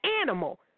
animal